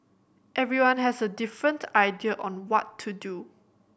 everyone has a different idea on what to do